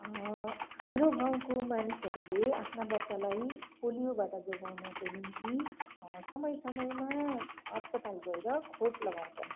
हाम्रो गाउँको मानिसहरूले आफ्ना बच्चालाई पोलियोबाट जोगाउनको निम्ति समय समयमा अस्पताल गएर खोप लगाउँछन्